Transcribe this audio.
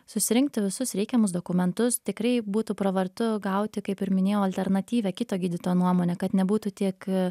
susirinkti visus reikiamus dokumentus tikrai būtų pravartu gauti kaip ir minėjau alternatyvią kito gydytojo nuomonę kad nebūtų tik